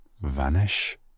Vanish